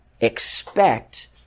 expect